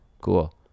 Cool